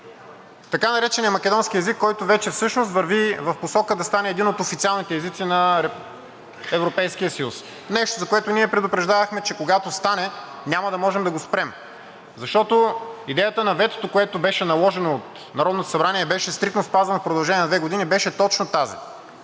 Така нареченият македонски език, който вече всъщност върви в посока да стане един от официалните езици на Европейския съюз, нещо, за което ние предупреждавахме, че когато стане, няма да можем да го спрем. Защото идеята на ветото, което беше наложено от Народното събрание, беше стриктно спазвано в продължение на две години, беше точно тази: